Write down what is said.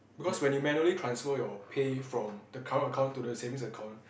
because when you manually transfer your pay from the current account to the savings account